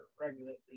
regularly